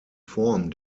form